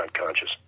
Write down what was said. unconscious